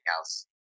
else